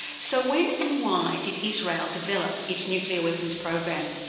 so when and why did israel develop its nuclear weapons program,